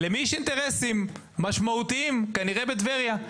ולמי יש אינטרסים משמעותיים כנראה בטבריה?